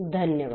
धन्यवाद